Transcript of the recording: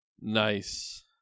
Nice